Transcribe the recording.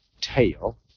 tail